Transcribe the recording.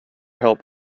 help